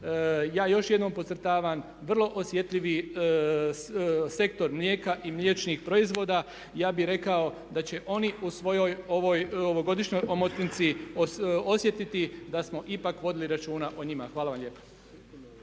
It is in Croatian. Ja još jednom podcrtavam, vrlo osjetljivi sektor mlijeka i mliječnih proizvoda, ja bih rekao da će oni u svojoj ovoj ovogodišnjoj omotnici osjetiti da smo ipak vodili računa o njima. Hvala lijepa.